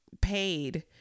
paid